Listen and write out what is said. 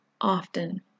often